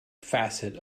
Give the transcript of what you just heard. facet